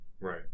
Right